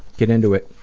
get into it.